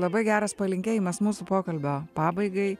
labai geras palinkėjimas mūsų pokalbio pabaigai